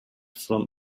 from